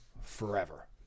forever